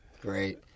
Great